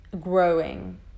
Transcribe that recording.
growing